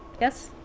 yes.